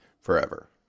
forever